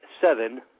seven